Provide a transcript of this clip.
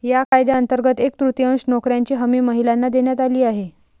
या कायद्यांतर्गत एक तृतीयांश नोकऱ्यांची हमी महिलांना देण्यात आली आहे